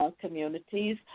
communities